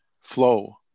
flow